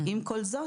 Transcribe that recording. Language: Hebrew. עם כל זאת,